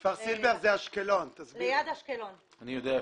אנחנו נמצאים ליד אשקלון.